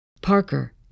Parker